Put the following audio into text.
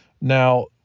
Now